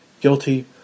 guilty